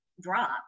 drop